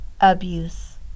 abuse